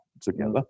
together